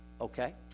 okay